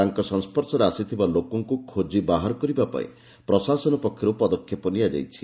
ତାଙ୍କ ସଂସର୍ଶରେ ଆସିଥିବା ଲୋକଙ୍କୁ ଖୋଜି ବାହାର କରିବା ପାଇଁ ପ୍ରଶାସନ ପକ୍ଷର୍ ପଦକ୍ଷେପ ନିଆଯାଇଛି